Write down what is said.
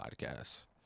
podcasts